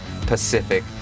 Pacific